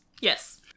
Yes